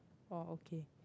oh okay